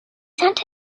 sent